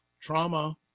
Trauma